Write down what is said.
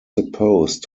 supposed